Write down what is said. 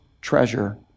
treasure